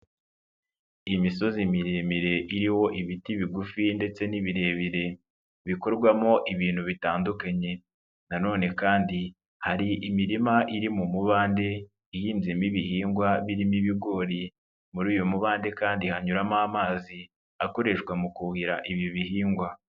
Imisozi miremire iriho ibiti bigufi ndetse n'ibirebire, bikorwamo ibintu bitandukanye. Nanone kandi hari imirima iri mu mubande ihinzemo ibihingwa birimo ibigori, muri uyu mubande kandi hanyuramo amazi akoreshwa mu kuhira ibi bihingwa.